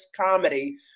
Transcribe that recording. Comedy